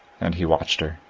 and he watched her.